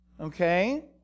Okay